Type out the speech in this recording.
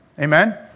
Amen